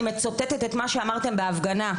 אני מצטטת את מה שאמרתם בהפגנה.